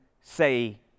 say